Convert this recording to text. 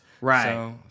Right